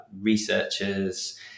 researchers